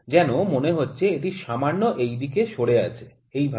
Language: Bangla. যেন মনে হচ্ছে এটি সামান্য এই দিকে সরে আছে এই ভাবে